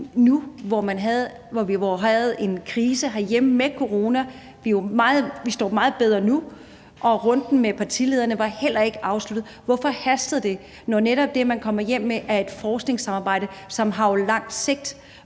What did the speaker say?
nu, hvor vi havde en krise herhjemme med corona? Vi står meget bedre nu, og runden med partilederne var heller ikke afsluttet. Hvorfor hastede det, når det, man kommer hjem med, netop er et forskningssamarbejde, som jo har et langt sigte?